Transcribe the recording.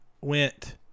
went